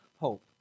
hope